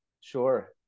Sure